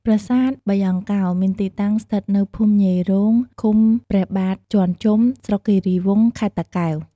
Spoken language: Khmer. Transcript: ប្រាសាទបាយ៉ង់កោរមានទីតាំងស្ថិតនៅភូមិញេធិ៍រោង ឃុំព្រះបាទជាន់ជុំ ស្រុកគិរីវង់ ខេត្តតាកែវ។